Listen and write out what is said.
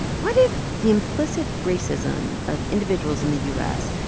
what if the implicit racism of individuals in the u s.